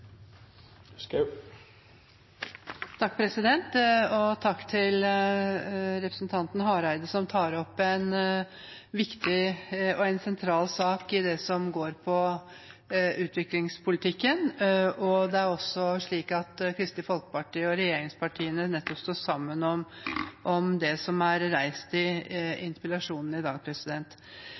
representanten Hareide, som tar opp en viktig og sentral sak i det som går på utviklingspolitikken. Det er også slik at Kristelig Folkeparti og regjeringspartiene står sammen om det som er reist i interpellasjonen i dag.